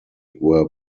were